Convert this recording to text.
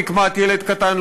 נקמת דם ילד קטן,